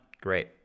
Great